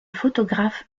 photographe